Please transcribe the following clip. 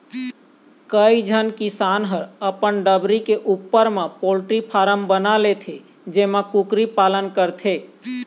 कइझन किसान ह अपन डबरी के उप्पर म पोल्टी फारम बना लेथे जेमा कुकरी पालन करथे